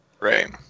Right